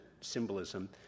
symbolism